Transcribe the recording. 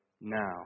now